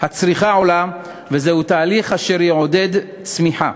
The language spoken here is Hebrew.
הצריכה עולה, וזה תהליך אשר יעודד צמיחה,